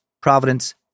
Providence